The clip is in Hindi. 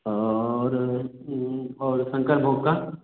और और शंकर भोग का